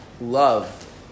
love